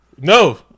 No